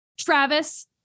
Travis